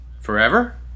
Forever